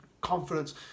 confidence